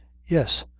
yes!